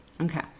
Okay